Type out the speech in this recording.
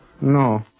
No